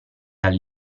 dal